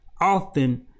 often